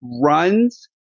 runs